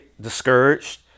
discouraged